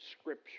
Scripture